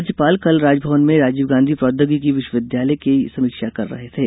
राज्यपाल कल राजभवन में राजीव गांधी प्रौद्योगिकी विश्वविद्यालय की समीक्षा कर रहे थे